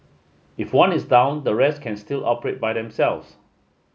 if one is down the rest can still operate by themselves